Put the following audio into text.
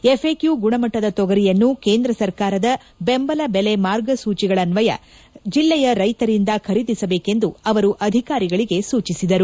ಎಫ್ಎಕ್ಟೂ ಗುಣಮಟ್ಟದ ತೊಗರಿಯನ್ನು ಕೇಂದ್ರ ಸರ್ಕಾರದ ಬೆಂಬಲ ಬೆಲೆ ಮಾರ್ಗಸೂಚಿಗಳನ್ವಯ ಜಿಲ್ಲೆಯ ರೈತರಿಂದ ತೊಗರಿ ಖರೀದಿಸಬೇಕೆಂದು ಅವರು ಅಧಿಕಾರಿಗಳಿಗೆ ಸೂಚಿಸಿದರು